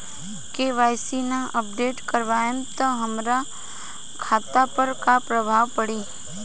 KYC ना update करवाएम त हमार खाता पर का प्रभाव पड़ी?